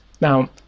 Now